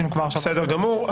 בסדר גמור.